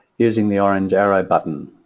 using the orange arrow button,